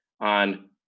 on